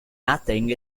nothing